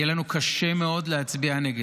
יהיה לנו קשה מאוד להצביע נגד.